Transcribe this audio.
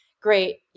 great